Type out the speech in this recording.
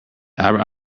albert